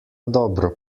dobro